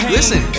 Listen